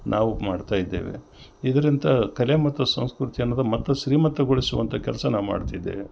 ನಾವು ಮಾಡ್ತಾ ಇದ್ದೇವೆ ಇದರಿಂದ ಕಲೆ ಮತ್ತು ಸಂಸ್ಕೃತಿ ಅನ್ನೋದು ಮತ್ತು ಶ್ರೀಮಂತಗೊಳಿಸುವಂಥ ಕೆಲಸ ನಾ ಮಾಡ್ತಿದ್ದೇವೆ